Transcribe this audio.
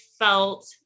felt